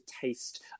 taste